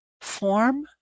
form